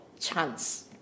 Chance